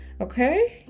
Okay